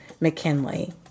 McKinley